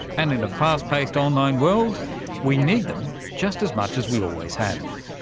and in a fast-paced online world we need them just as much as we always have.